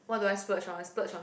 what do I splurge on I splurge on